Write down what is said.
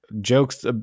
jokes